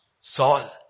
Saul